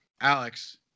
Alex